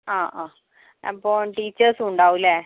ആ ആ അപ്പോൾ ടീച്ചേഴ്സും ഉണ്ടാവും അല്ലേ